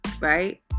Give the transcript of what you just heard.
right